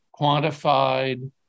quantified